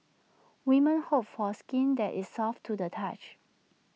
women hope for skin that is soft to the touch